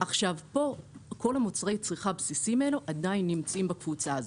כל מוצרי הצריכה הבסיסיים האלו עדיין נמצאים בקבוצה הזאת,